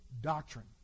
doctrine